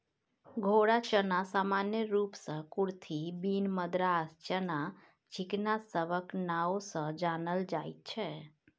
घोड़ा चना सामान्य रूप सँ कुरथी, बीन, मद्रास चना, चिकना सबक नाओ सँ जानल जाइत छै